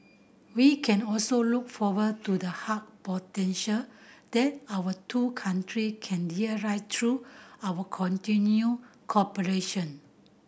we can also look forward to the hug potential that our two country can realise through our continued cooperation